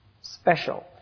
special